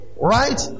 Right